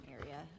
area